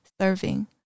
serving